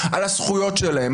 על הזכויות שלהם,